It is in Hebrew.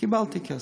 קיבלתי כסף,